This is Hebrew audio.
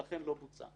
ולכן לא בוצע.